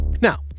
Now